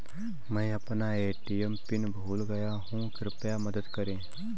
मैं अपना ATM PIN भूल गया हूँ, कृपया मदद करें